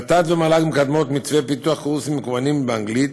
ות"ת ומל"ג מקדמות מתווה פיתוח קורסים מקוונים באנגלית.